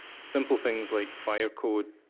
simple things like fire code